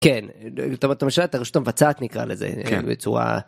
כן אתה מתמשל את הראשות המבצעת נקרא לזה בצורה.